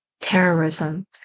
terrorism